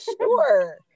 sure